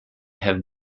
have